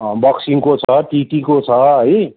अँ बक्सिङको छ टिटीको छ है